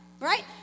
Right